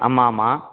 ஆமாம் ஆமாம்